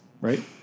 right